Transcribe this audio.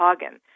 Hagen